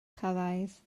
cyrraedd